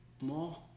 more